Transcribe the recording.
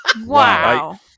Wow